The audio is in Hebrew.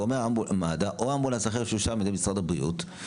ואומר אמבולנס מד"א או אמבולנס אחר שאושר על ידי משרד הבריאות.